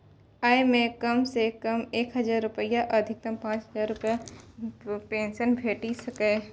अय मे कम सं कम एक हजार रुपैया आ अधिकतम पांच हजार रुपैयाक पेंशन भेटि सकैए